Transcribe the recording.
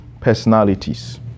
personalities